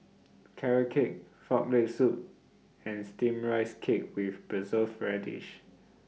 Carrot Cake Frog Leg Soup and Steamed Rice Cake with Preserved Radish